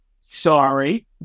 sorry